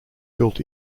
built